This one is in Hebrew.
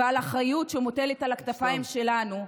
והאחריות שמוטלת על הכתפיים שלנו,